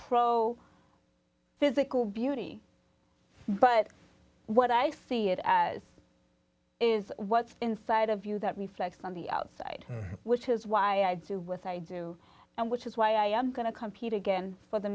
pro physical beauty but what i see it as is what's inside of you that reflects on the outside which is why i do with i do and which is why i am going to compete again for the